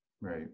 Right